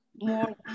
more